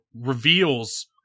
reveals